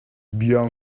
bien